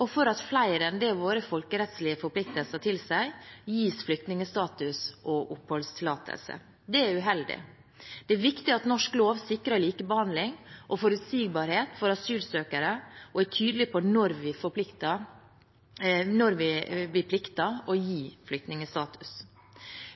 og for at flere enn det våre folkerettslige forpliktelser tilsier, gis flyktningstatus og oppholdstillatelse. Det er uheldig. Det er viktig at norsk lov sikrer likebehandling og forutsigbarhet for asylsøkere, og er tydelig på når vi plikter å gi flyktningstatus.